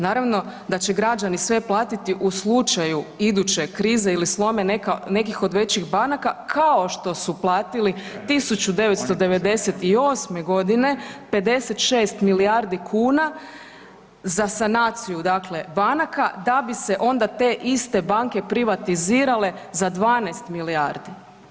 Naravno da će građani sve platiti u slučaju iduće krize ili sloma nekih od većih banaka, kao što su platili 1998. godine 56 milijardi kuna za sanaciju banaka da bi se onda te iste banke privatizirale za 12 milijardi.